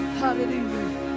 hallelujah